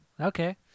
Okay